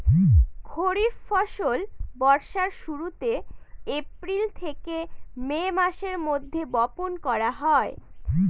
খরিফ ফসল বর্ষার শুরুতে, এপ্রিল থেকে মে মাসের মধ্যে, বপন করা হয়